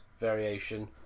variation